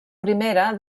primera